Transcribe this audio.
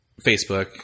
Facebook